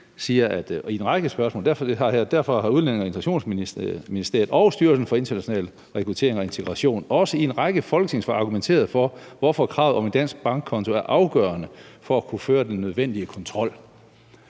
Derfor har Udlændinge- og Integrationsministeriet og Styrelsen for International Rekruttering og Integration også i en række folketingssvar argumenteret for, hvorfor kravet om en dansk bankkonto er afgørende for at kunne føre den nødvendige kontrol.